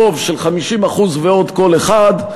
רוב של 50% ועוד קול אחד,